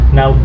Now